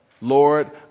Lord